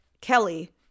Kelly